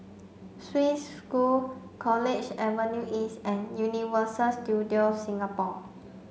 Swiss School College Avenue East and Universal Studios Singapore